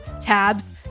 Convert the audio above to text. tabs